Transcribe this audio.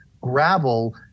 Gravel